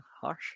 Harsh